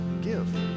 give